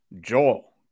Joel